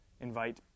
invite